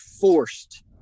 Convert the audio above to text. forced